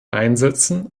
einsetzen